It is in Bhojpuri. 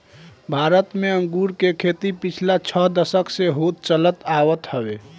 भारत में अंगूर के खेती पिछला छह दशक से होत चलत आवत हवे